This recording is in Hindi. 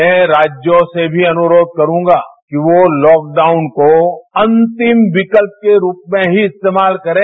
मैं राज्यों से भी अनुरोध करुंगा कि यो लॉकडाउन को अंतिम विकल्प के रूप में ही इस्तेमाल करें